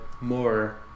more